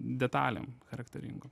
detalėm charakteringom